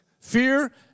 Fear